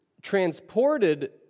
transported